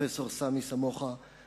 פרופסור סמי סמוחה,